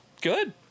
good